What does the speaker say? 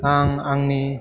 आं आंनि